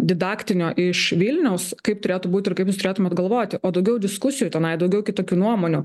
didaktinio iš vilniaus kaip turėtų būt ir kaip jūs turėtumėt galvoti o daugiau diskusijų tenai daugiau kitokių nuomonių